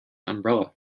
umbrella